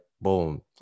Boom